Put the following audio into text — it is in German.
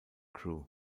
crew